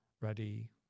ready